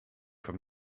from